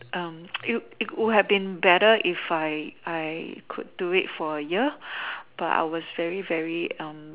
it it would have been better if I I could do it for a year but I was very very